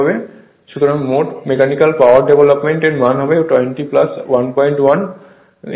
সুতরাং মোট mechanical power development এর মান হবে 20 11 hp